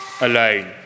alone